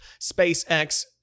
SpaceX